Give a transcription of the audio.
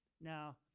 Now